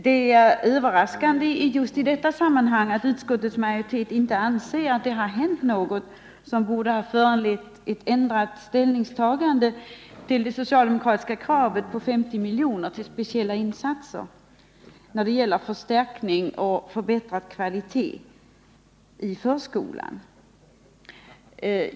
Det är i detta sammanhang överraskande att utskottets majoritet inte anser att det hänt någonting som föranleder ett ändrat ställningstagande till det socialdemokratiska kravet på 50 milj.kr. till speciella insatser för kvalitetsförstärkning i förskolan.